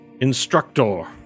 instructor